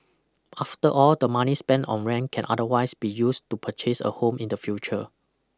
after all the money spent on rent can otherwise be used to purchase a home in the future